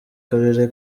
karere